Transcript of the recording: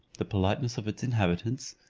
the politeness of its inhabitants,